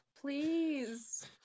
please